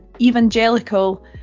Evangelical